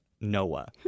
Noah